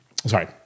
Sorry